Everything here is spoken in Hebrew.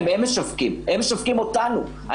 הם משווקים אותנו.